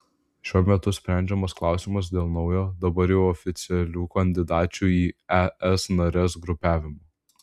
šiuo metu sprendžiamas klausimas dėl naujo dabar jau oficialių kandidačių į es nares grupavimo